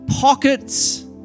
pockets